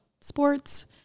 sports